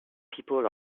people